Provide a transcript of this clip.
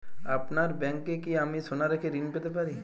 আপনার ব্যাংকে কি আমি সোনা রেখে ঋণ পেতে পারি?